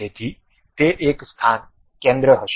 તેથી તે એક સ્થાન કેન્દ્ર હશે